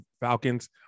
Falcons